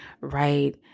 Right